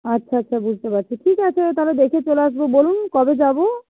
আচ্ছা আচ্ছা বুঝতে পারছি ঠিক আছে তাহলে দেখে চলে আসবো বলুন কবে যাব